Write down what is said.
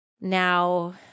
now